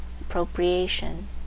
appropriation